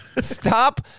Stop